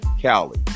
Cali